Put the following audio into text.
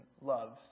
loves